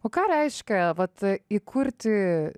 o ką reiškia vat įkurti